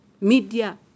Media